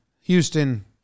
Houston